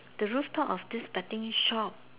the rooftop of this betting shop